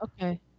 Okay